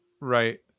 Right